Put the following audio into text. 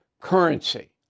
currency